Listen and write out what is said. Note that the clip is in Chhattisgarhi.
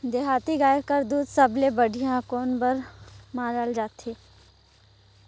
देहाती गाय कर दूध सबले बढ़िया कौन बर मानल जाथे?